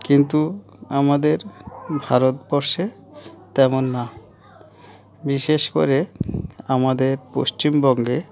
কিন্তু আমাদের ভারতবর্ষে তেমন না বিশেষ করে আমাদের পশ্চিমবঙ্গে